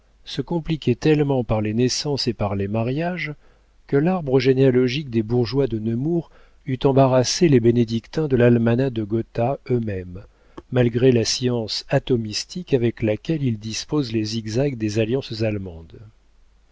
se compliquaient tellement par les naissances et par les mariages que l'arbre généalogique des bourgeois de nemours eût embarrassé les bénédictins de l'almanach de gotha eux-mêmes malgré la science atomistique avec laquelle ils disposent les zigzags des alliances allemandes